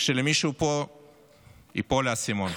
שלמישהו פה ייפול האסימון.